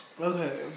Okay